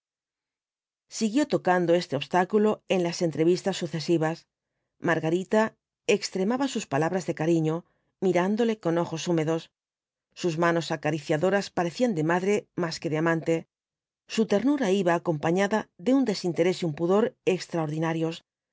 siguió tocando este obstáculo en las entrevistas sucesivas margarita extremaba sus palabras de cariño mirándole con ojos húmedos sus manos acariciadoras parecían de madre más que de amante su ternura iba acompañada de un desinterés y un pudor extraordinarios